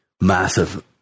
massive